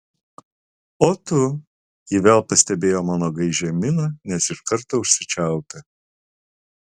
o tu ji vėl pastebėjo mano gaižią miną nes iš karto užsičiaupė